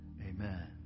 Amen